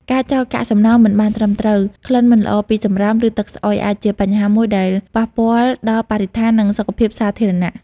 ការចោលកាកសំណល់មិនបានត្រឹមត្រូវ ក្លិនមិនល្អពីសំរាម ឬទឹកស្អុយអាចជាបញ្ហាមួយដែលប៉ះពាល់ដល់បរិស្ថាន និងសុខភាពសាធារណៈ។